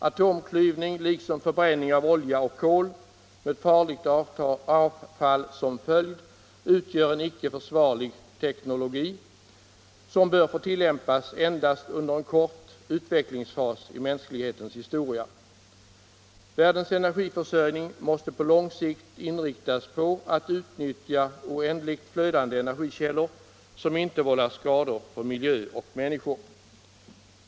Atomklyvning liksom förbränning av olja och kol, med farligt avfall som följd, utgör en icke försvarlig teknologi, som bör få tillämpas endast under en kort utvecklingsfas i mänsklighetens historia. Världens energiförsörjning måste på lång sikt inriktas på att utnyttja oändligt flödande energikällor, som inte vållar skador för miljö och människor.